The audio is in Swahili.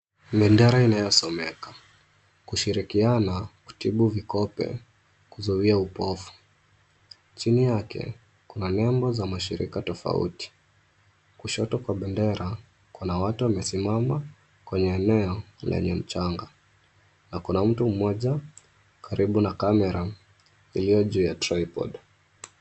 Bendera inayosomeka, kushirikiana kutibu vikope kuzuia upofu. Chini yake, kuna nembo za mashirika tofauti. Kushoto kwa bendera, kuna watu wamesimama, kwenye eneo, lenye mchanga. Na kuna mtu mmoja, karibu na kamera, iliyo juu ya tripod .